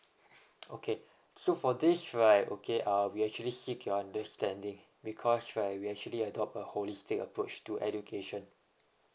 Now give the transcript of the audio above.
okay so four this right okay uh we actually seek your understanding because right we actually adopt a holistic approach to education